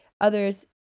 others